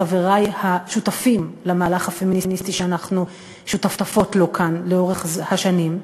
חברי השותפים למהלך הפמיניסטי שאנחנו שותפות לו כאן לאורך השנים,